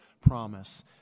promise